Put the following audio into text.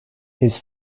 his